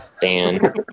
Dan